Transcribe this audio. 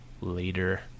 later